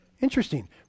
Interesting